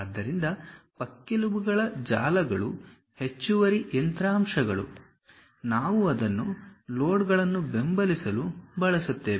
ಆದ್ದರಿಂದ ಪಕ್ಕೆಲುಬುಗಳ ಜಾಲಗಳು ಹೆಚ್ಚುವರಿ ಯಂತ್ರ ಅಂಶಗಳು ನಾವು ಅದನ್ನು ಲೋಡ್ಗಳನ್ನು ಬೆಂಬಲಿಸಲು ಬಳಸುತ್ತೇವೆ